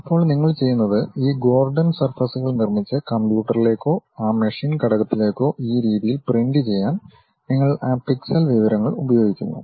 അപ്പോൾ നിങ്ങൾ ചെയ്യുന്നത് ഈ ഗോർഡൻ സർഫസ്കൾ നിർമ്മിച്ച് കമ്പ്യൂട്ടറിലേക്കോ ആ മെഷീൻ ഘടകത്തിലേക്കോ ഈ രീതിയിൽ പ്രിന്റുചെയ്യാൻ നിങ്ങൾ ആ പിക്സൽ വിവരങ്ങൾ ഉപയോഗിക്കുന്നു